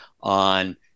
on